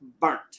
burnt